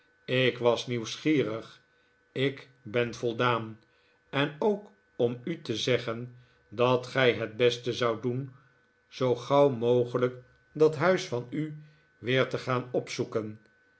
ik was nieuwsgierig ik ben voldaan en ook om u te zeggen dat gij het beste zoudt doen zoo gauw mogelijk dat huis van u weer te gaan opzoeken